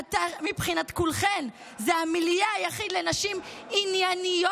מבחינת כולכן זה המיליה היחיד לנשים ענייניות,